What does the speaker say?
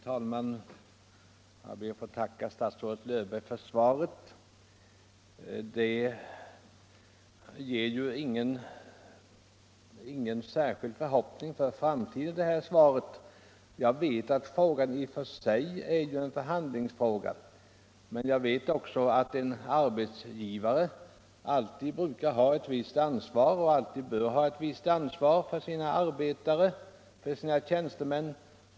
Herr talman! Jag får tacka statsrådet Löfberg för svaret. Det inger ingen särskild förhoppning för framtiden. Jag vet att detta i och för sig är en förhandlingsfråga, men jag vet också att en arbetsgivare alltid bör ha och brukar ha ett visst ansvar för sina arbetare och tjänstemän.